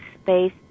space